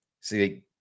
See